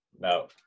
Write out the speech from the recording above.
No